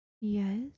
Yes